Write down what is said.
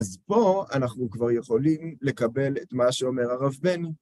אז פה אנחנו כבר יכולים לקבל את מה שאומר הרב בני.